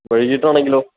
വൈകീട്ട് ആണെങ്കിലോ